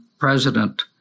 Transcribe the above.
president